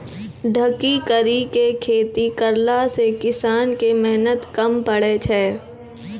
ढकी करी के खेती करला से किसान के मेहनत कम पड़ै छै